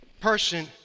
person